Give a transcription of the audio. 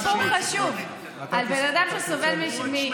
זה סיפור חשוב על בן אדם שסובל משיתוק מוחין.